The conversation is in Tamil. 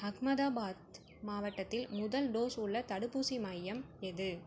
அஹமதாபாத் மாவட்டத்தில் முதல் டோஸ் உள்ள தடுப்பூசி மையம் எது